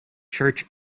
church